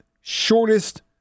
shortest